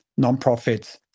nonprofits